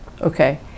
Okay